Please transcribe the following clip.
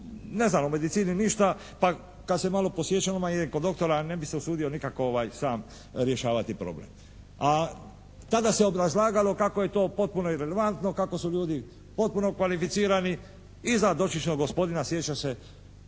ne znam o medicini ništa pa kad se malo posječem odmah idem kod doktora. Ne bih se usudio nikako sam rješavati problem. A tada se obrazlagalo kako je to irelevantno, kako su ljudi potpuno kvalificirani i za dotičnog gospodina sjećam se